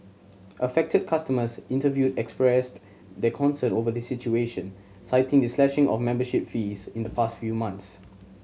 affected customers interviewed expressed their concern over the situation citing the slashing of membership fees in the past few months